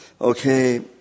okay